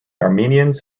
armenians